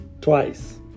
twice